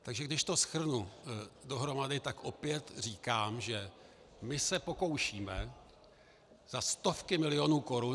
Takže když to shrnu dohromady, tak opět říkám, že my se pokoušíme za stovky milionů korun